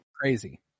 Crazy